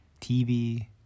TV